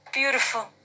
Beautiful